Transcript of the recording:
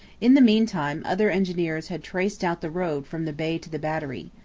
in the meantime, other engineers had traced out the road from the bay to the battery.